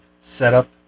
setup